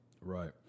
right